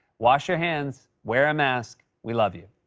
wash your hands. wear a mask. we love you.